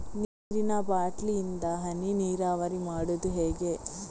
ನೀರಿನಾ ಬಾಟ್ಲಿ ಇಂದ ಹನಿ ನೀರಾವರಿ ಮಾಡುದು ಹೇಗೆ?